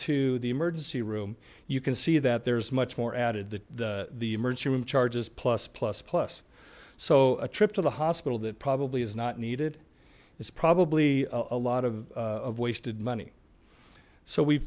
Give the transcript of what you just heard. to the emergency room you can see that there's much more added that the emergency room charges plus plus plus so a trip to the hospital that probably is not needed it's probably a lot of wasted money so we've